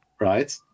right